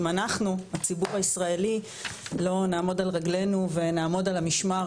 אם אנחנו הציבור הישראלי לא נעמוד על רגלינו ונעמוד על המשמר,